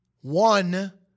one